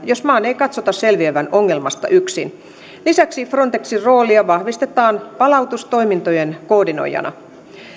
jos maan ei katsota selviävän ongelmasta yksin lisäksi frontexin roolia vahvistetaan palautustoimintojen koordinoijana